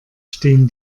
stehen